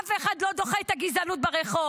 אף אחד לא דוחה את הגזענות ברחוב.